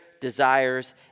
desires